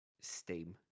Steam